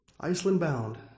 Iceland-bound